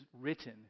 written